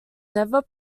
never